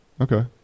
Okay